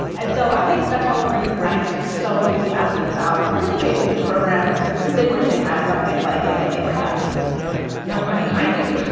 and so i think that's one of the reasons scientists are so enthusiastic about participating in this program, because they wish they had something like it when they were young yeah. no, i mean, i do.